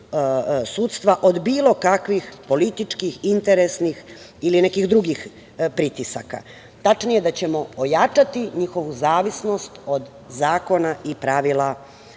sudstva od bilo kakvih političkih interesnih ili nekih drugih pritisaka, tačnije da ćemo ojačati njihovu zavisnost od zakona i pravila